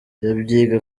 yambwiye